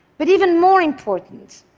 but even more important,